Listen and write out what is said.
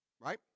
right